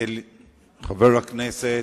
האשראי עשיתי מע"מ על בסיס מזומן.